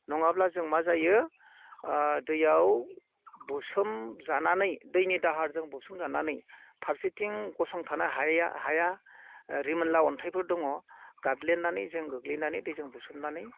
नङाब्ला जों मा जायो दैयाव बुसोम जानानै दैनि दाहारजों बुसोम जानानै फारसेथिं गसंथानो हाया रिमोना अन्थाइफोर दङ गाद्लिनानै जों गोग्लैनानै दैजों बुसोमनानै